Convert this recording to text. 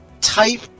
type